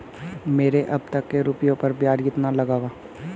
मेरे अब तक के रुपयों पर ब्याज कितना लगा है?